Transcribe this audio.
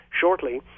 shortly